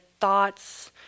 thoughts